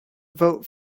vote